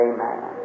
Amen